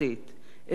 אלא להיפך,